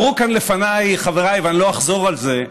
אמרו כאן לפניי חבריי, ואני לא אחזור על זה: